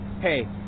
hey